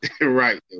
Right